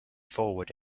forward